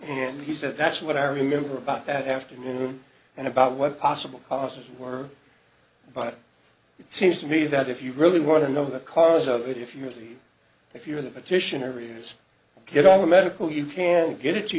and he said that's what i remember about that afternoon and about what possible causes were but it seems to me that if you really want to know the cause of it if you really if you're the petitioner areas get all the medical you can get it to